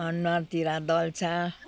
अनुहारतिर दल्छ